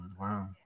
Wow